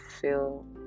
feel